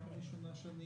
פעם ראשונה שאני